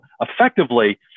effectively